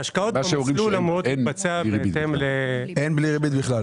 בלי ריבית כלל.